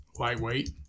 Lightweight